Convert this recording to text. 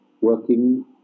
working